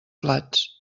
plats